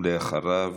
אחריו,